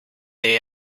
they